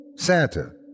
Santa